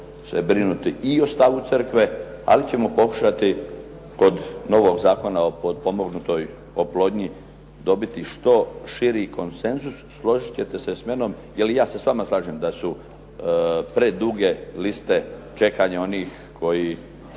se brinuti i o stavu crkve, ali ćemo pokušati kod novog Zakona o potpomognutoj oplodnji dobiti što širi konsenzus. Složit ćete se s menom, jer i ja se s vama slažem da su preduge liste čekanja onih koji